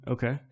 Okay